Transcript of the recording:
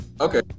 Okay